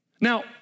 Now